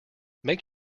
make